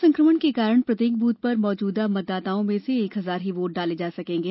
corona संकमण के कारण प्रत्येक बूथ पर मौजूदा मतदाताओं में से एक हजार ही वोट डाल सकेंगे